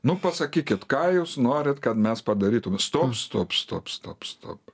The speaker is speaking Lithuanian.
nu pasakykit ką jūs norit kad mes padarytume stop stop stop stop stop